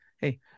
hey